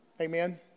Amen